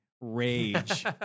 rage